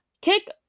Kick